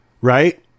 right